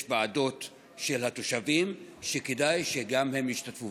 יש ועדות של התושבים, וכדאי שגם הם ישתתפו.